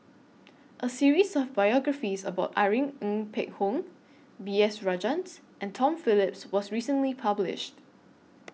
A series of biographies about Irene Ng Phek Hoong B S Rajhans and Tom Phillips was recently published